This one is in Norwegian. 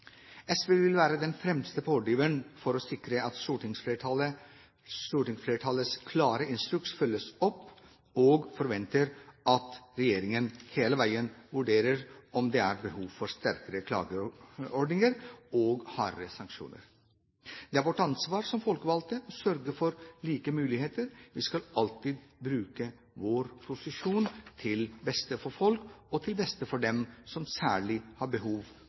SV vil være den fremste pådriveren for å sikre at stortingsflertallets klare instruks følges opp, og forventer at regjeringen hele veien vurderer om det er behov for sterkere klageordninger og hardere sanksjoner. Det er vårt ansvar som folkevalgte å sørge for like muligheter. Vi skal alltid bruke våre posisjoner til beste for folk og til beste for dem som særlig har behov